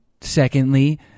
secondly